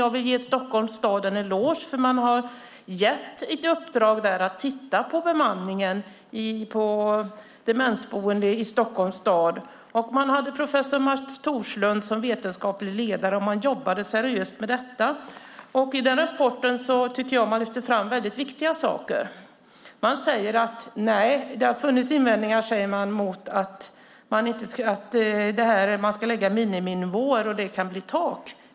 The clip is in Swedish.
Jag vill ge Stockholms stad en eloge som gav ett uppdrag att titta på bemanningen på demensboendena i staden. Professor Mats Thorslund var vetenskaplig ledare och man jobbade seriöst med frågan. I sin rapport lyfter man fram mycket viktiga saker. Där sägs att det funnits invändningar mot att lägga miniminivåer och att det kan bli tak.